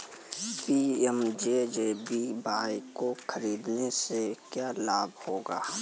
PMJJBY को खरीदने से क्या लाभ होगा?